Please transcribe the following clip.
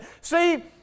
See